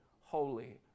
holy